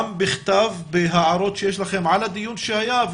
בכתב בהערות שיש לכם לגבי הדיון שהיה,